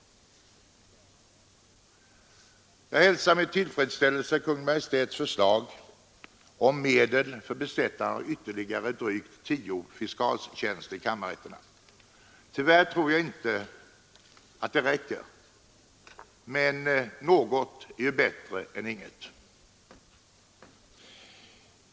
Jag hälsar med tillfredsställelse Kungl. Maj:ts förslag om medel för besättande av ytterligare drygt tio fiskalstjänster i kammarrätterna. Tyvärr tror jag inte att det räcker, men något är ju bättre än inget.